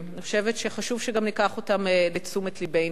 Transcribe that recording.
אני חושבת שחשוב שגם ניקח אותם לתשומת לבנו.